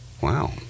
wow